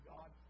God